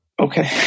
Okay